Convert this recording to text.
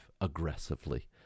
aggressively